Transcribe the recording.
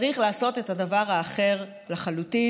צריך לעשות את הדבר האחר לחלוטין,